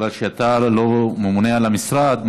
בגלל שאתה לא ממונה על המשרד,